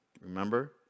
Remember